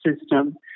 system